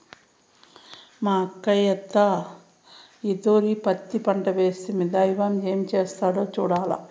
మాకయ్యంతా ఈ తూరి పత్తి పంటేస్తిమి, దైవం ఏం చేస్తాడో సూడాల్ల